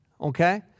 okay